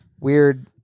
weird